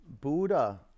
Buddha